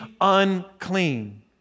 unclean